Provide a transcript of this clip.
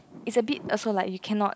is a bit also like you cannot